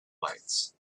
lights